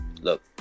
look